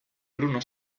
bruno